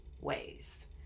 ways